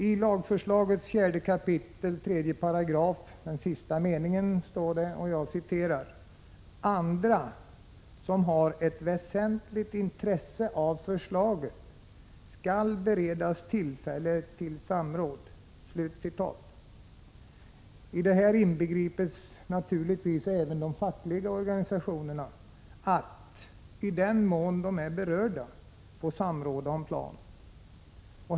I lagförslagets 4 kap. 3 § sista meningen står det: ”Andra som har ett väsentligt intresse av förslaget skall beredas tillfälle till samråd.” I detta inbegripes naturligtvis även rätt för de fackliga organisationerna att, i den mån de är berörda, samråda om planen.